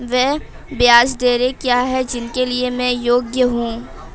वे ब्याज दरें क्या हैं जिनके लिए मैं योग्य हूँ?